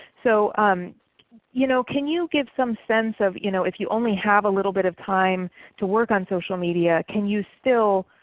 so um you know can you give some sense you know if you only have a little bit of time to work on social media, can you still